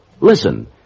Listen